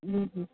हूं हूं